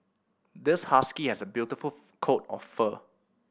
this husky has a beautiful coat of fur